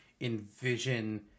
envision